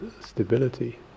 stability